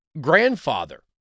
grandfather